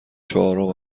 چهارم